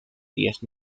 diez